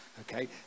okay